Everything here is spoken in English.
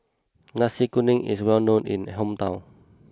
Nasi Kuning is well known in my hometown